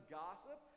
gossip